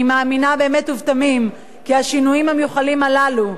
אני מאמינה באמת ובתמים כי השינויים המיוחלים הללו,